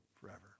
forever